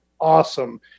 awesome